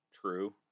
True